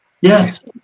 Yes